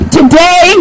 today